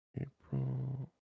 April